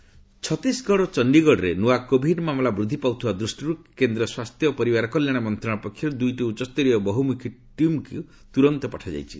central health team Chhattisgarh ଓ ଚଣ୍ଡିଗଡ଼ରେ ନ୍ତଆ କୋଭିଡ୍ ମାମଲା ବୃଦ୍ଧି ପାଉଥିବା ଦୃଷ୍ଟିରୁ କେନ୍ଦ୍ର ସ୍ୱାସ୍ଥ୍ୟ ଓ ପରିବାର କଲ୍ୟାଣ ମନ୍ତ୍ରଣାଳୟ ପକ୍ଷରୁ ଦୁଇଟି ଉଚ୍ଚସ୍ତରୀୟ ବହୁମୁଖୀ ଟିମ୍କୁ ତୁରନ୍ତ ପଠାଯାଇଛି